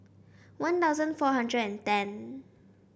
One Thousand four hundred and ten